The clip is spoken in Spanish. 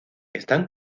están